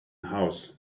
house